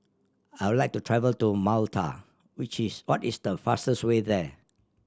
I would like to travel to Malta which is what is the fastest way there